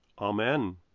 Amen